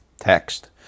text